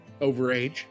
overage